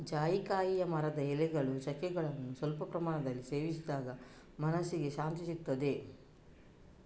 ಜಾಯಿಕಾಯಿಯ ಮರದ ಎಲೆಗಳು, ಚಕ್ಕೆಗಳನ್ನ ಸ್ವಲ್ಪ ಪ್ರಮಾಣದಲ್ಲಿ ಸೇವಿಸಿದಾಗ ಮನಸ್ಸಿಗೆ ಶಾಂತಿಸಿಗ್ತದೆ